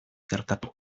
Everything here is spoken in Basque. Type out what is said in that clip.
gertatu